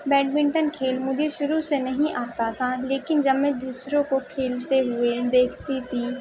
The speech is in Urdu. بیڈمنٹن کھیل مجھے شروع سے نہیں آتا تھا لیکن جب میں دوسروں کو کھیلتے ہوئے دیکھتی تھی